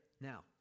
now